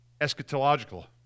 eschatological